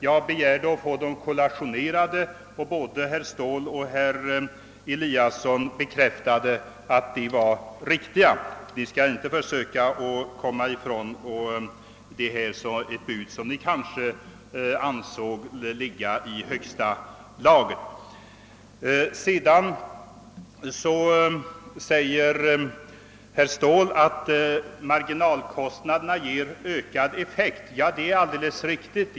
Jag begärde att få siffrorna kollationerade, och både herr Ståhl och herr Eliasson i Sundborn bekräftade att de var riktiga. Ni skall alltså inte försöka komma ifrån ett bud som ni kanske anser vara i högsta laget. Sedan säger herr Ståhl att marginalkostnaderna ger ökad effekt. Ja, det är alldeles riktigt.